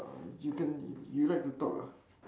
um you can you you like to talk ah